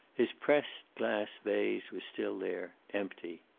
his pressed glass vase was still there, empty.